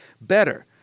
better